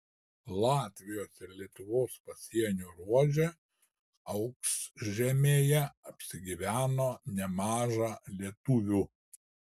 latvijos ir lietuvos pasienio ruože aukšžemėje apsigyveno nemaža lietuvių